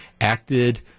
acted